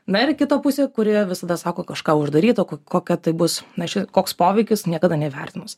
na ir kita pusė kuri visada sako kažką uždaryto kokia tai bus na ši koks poveikis niekada nevertinus